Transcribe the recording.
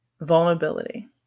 vulnerability